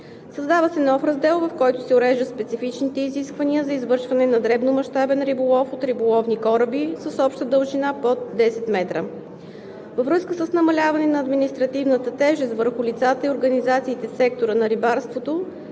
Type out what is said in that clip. Създава се нов раздел, в който се уреждат специфичните изисквания за извършване на дребномащабен риболов от риболовни кораби с обща дължина под 10 метра. Във връзка с намаляване на административната тежест върху лицата и организациите в сектора на рибарството